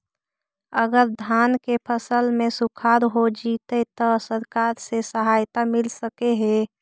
अगर धान के फ़सल में सुखाड़ होजितै त सरकार से सहायता मिल सके हे?